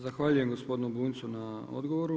Zahvaljujem gospodinu Bunjcu na odgovoru.